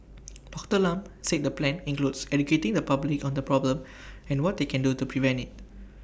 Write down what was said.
Doctor Lam said the plan includes educating the public on the problem and what they can do to prevent IT